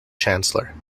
chancellor